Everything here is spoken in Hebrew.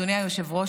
אדוני היושב-ראש,